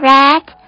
Red